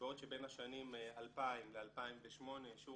שבעוד שבין השנים 2000 ל-2008 שיעור